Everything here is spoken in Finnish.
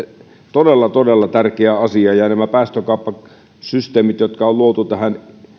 todella todella tärkeä asia ja nämä päästökauppasysteemit on luotu tähän